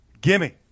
gimme